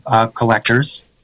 collectors